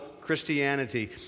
Christianity